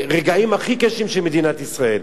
ברגעים הכי קשים של מדינת ישראל,